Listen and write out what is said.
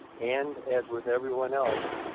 and as with everyone else,